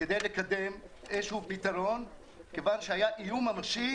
כדי לקדם איזשהו מתווה כיוון היה איום ממשי